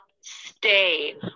stay